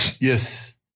Yes